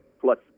plus